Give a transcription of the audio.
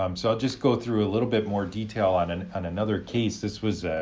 um so i'll just go through a little bit more detail on and and another case. this was,